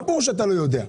מה פירוש אתה לא יודע?